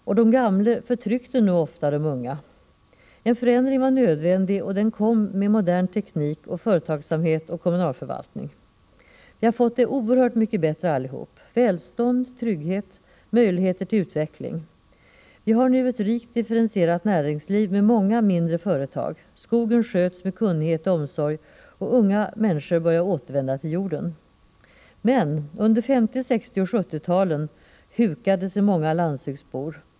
Och de gamle förtryckte nog ofta de unga. En förändring var nödvändig, och den kom med modern teknik, företagsamhet och kommunalförvaltning. Vi har allihop fått det mycket bättre. Vi har fått välstånd, trygghet och möjligheter till utveckling. Vi har nu ett rikt differentierat näringsliv med många mindre företag. Skogen sköts med kunnighet och omsorg, och unga människor börjar återvända till jorden. Men under 1950-, 1960 och 1970-talen hukade sig många landsbygdsbor.